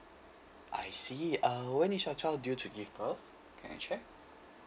I see uh when is your child due to give birth can I check